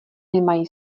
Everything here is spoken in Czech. nemají